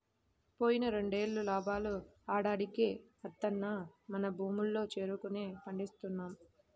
పోయిన రెండేళ్ళు లాభాలు ఆడాడికే వత్తన్నా మన భూముల్లో చెరుకునే పండిస్తున్నాం